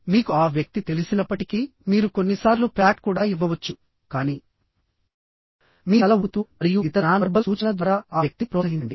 మీకు ఆ వ్యక్తి తెలిసినప్పటికీ మీరు కొన్నిసార్లు ప్యాట్ కూడా ఇవ్వవచ్చు కానీ మీ తల ఊపుతూ మరియు ఇతర నాన్ వర్బల్ సూచనల ద్వారా ఆ వ్యక్తిని ప్రోత్సహించండి